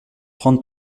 trente